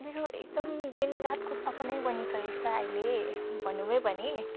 मेरो एकदम दिनरातको सपनै बनिसकेको छ अहिले भनौँ है भने